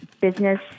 business